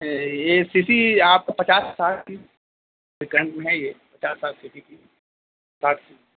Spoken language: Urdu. سر یہ سی سی آپ پچاس ساٹھ سیکنڈ میں ہے یہ پچاس ساٹھ سی سی کی ساٹھ سی